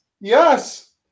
Yes